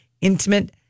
intimate